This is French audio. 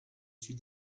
suis